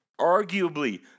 arguably